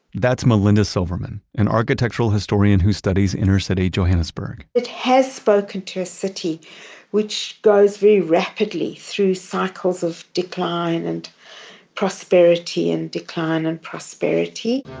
that's melinda silverman. and architectural historian who studies inner city johannesburg it has spoken to a city which goes very rapidly through cycles of decline and prosperity and decline and prosperity